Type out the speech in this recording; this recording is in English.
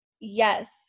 Yes